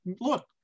look